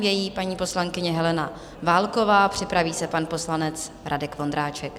Nyní paní poslankyně Helena Válková, připraví se pan poslanec Radek Vondráček.